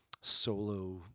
solo